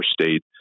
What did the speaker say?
state